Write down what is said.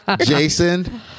Jason